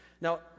Now